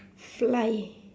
fly